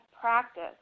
practice